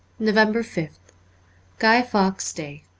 november fifth guy fawkes' day